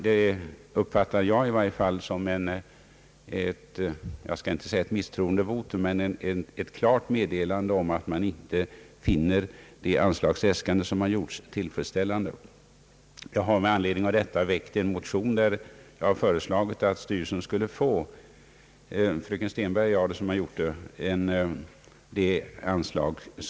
Jag uppfattar detta icke som ett misstroendevotum men i varje fall som ett klart medgivande av att utskottet inte finner det föreslagna anslagsbeloppet tillfredsställande. Fröken Stenberg och jag har väckt en motion i vilken vi har föreslagit att styrelsen skulle få det anslag som den själv äskat.